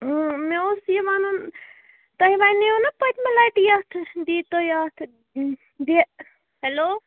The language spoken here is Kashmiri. مےٚ اوس یہِ وَنُن تۄہہِ وَنیو نا پٔتۍمہِ لَٹہِ یَتھ دیٖتو یَتھ یہِ ہیلو